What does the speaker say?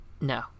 No